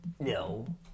no